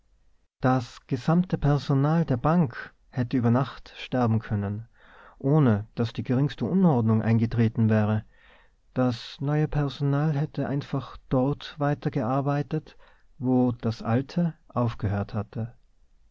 das gesamte personal der bank hätte über nacht sterben können ohne daß die geringste unordnung eingetreten wäre das neue personal hätte einfach dort weitergearbeitet wo das alte aufgehört hatte